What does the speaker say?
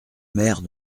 mère